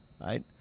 right